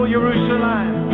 Jerusalem